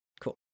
Cool